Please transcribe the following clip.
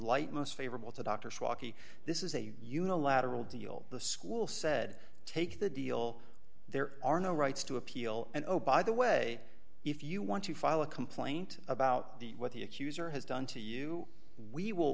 light most favorable to dr shockey this is a unilateral deal the school said take the deal there are no rights to appeal and obeid the way if you want to file a complaint about the what the accuser has done to you we will